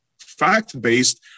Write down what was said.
fact-based